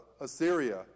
Assyria